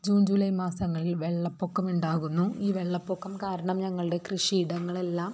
June July മാസങ്ങളിൽ വെള്ളപ്പൊക്കം ഉണ്ടാകുന്നു ഈ വെള്ളപ്പൊക്കം കാരണം ഞങ്ങളുടെ കൃഷി ഇടങ്ങളെല്ലാം